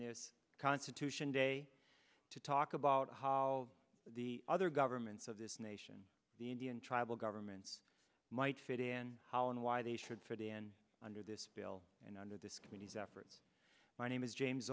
this constitution day to talk about how the other governments of this nation the indian tribal governments might fit in holland why they should for the end under this veil and under this committee's efforts my name is james